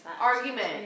argument